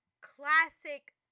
classic